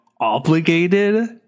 obligated